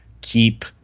keep